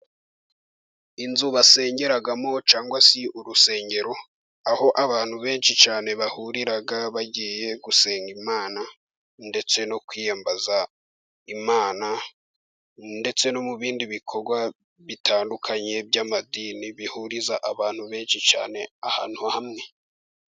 Inzu basengeramo, cyangwa se urusengero, aho abantu benshi cyane bahurira bagiye gusenga Imana, ndetse no kwiyambaza Imana, ndetse no mu bindi bikorwa bitandukanye by'amadini, bihuriza abantu benshi cyane ahantu hamwe.